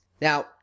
Now